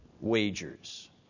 wagers